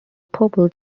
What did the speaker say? purple